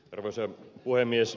arvoisa puhemies